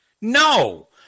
No